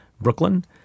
Brooklyn